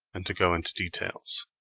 and to go into details